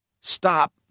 stop